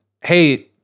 hey